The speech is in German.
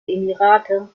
emirate